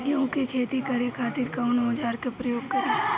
गेहूं के खेती करे खातिर कवन औजार के प्रयोग करी?